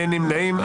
אין נמנעים.